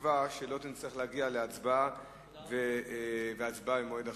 בתקווה שלא נצטרך להגיע להצבעה והצבעה במועד אחר.